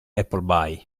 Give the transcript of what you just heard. appleby